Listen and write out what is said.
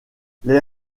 les